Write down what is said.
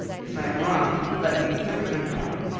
if i am wrong, let me be proven wrong,